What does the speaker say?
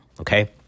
okay